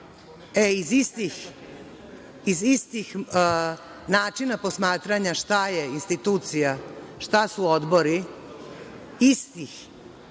Iz istih načina posmatranja šta je institucija, šta su odbori, istih,